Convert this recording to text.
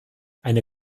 eine